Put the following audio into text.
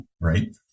right